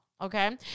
okay